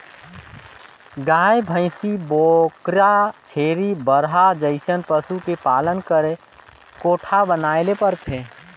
गाय, भइसी, बोकरा, छेरी, बरहा जइसन पसु के पालन करे कोठा बनाये ले परथे